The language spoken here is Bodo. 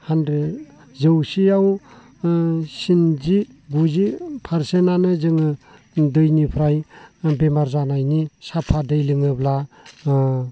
हाण्ड्रेड जौसेयाव स्निजि गुजि पारसेन्टआनो जोङो दैनिफ्राय बेमार जानायनि साफा दै लोङोब्ला